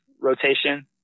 rotation